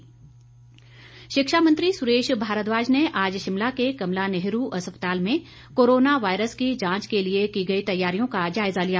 मंत्री शिक्षा मंत्री सुरेश भारद्वाज ने आज शिमला के कमला नेहरू अस्पताल में कोरोना वायरस की जांच के लिए की गई तैयारियों का जायजा लिया